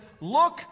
look